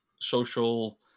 social